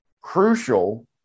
crucial